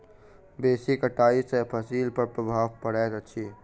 बेसी कटाई सॅ फसिल पर प्रभाव पड़ैत अछि